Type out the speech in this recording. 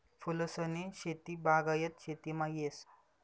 फूलसनी शेती बागायत शेतीमा येस